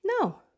no